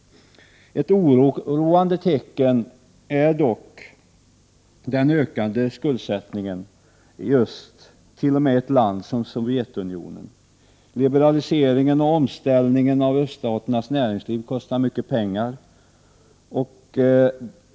Ett oroande tecken är dock den ökande skuldsättningen i öst, t.o.m. i ett land som Sovjetunionen. Liberaliseringen och omställningen av öststaternas näringsliv kostar mycket pengar.